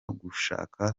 gushaka